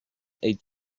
eight